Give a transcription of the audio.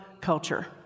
culture